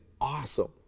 awesome